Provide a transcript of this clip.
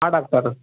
ಹಾಂ ಡಾಕ್ಟರ್